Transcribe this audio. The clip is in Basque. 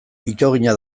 itoginak